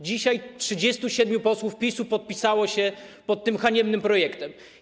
Dzisiaj 37 posłów PiS-u podpisało się pod tym haniebnym projektem.